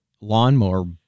lawnmower